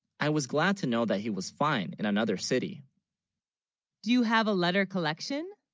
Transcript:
i was glad, to know, that he was fine in another city do you have a letter collection